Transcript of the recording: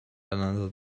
another